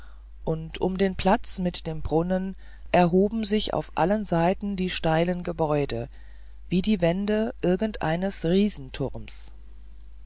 und um den platz mit dem brunnen erhoben sich auf allen seiten die steilen gebäude wie die wände irgend eines